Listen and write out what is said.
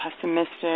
pessimistic